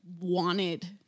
wanted